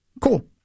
Cool